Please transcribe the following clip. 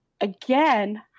again